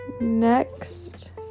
next